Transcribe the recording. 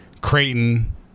Creighton